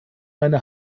meine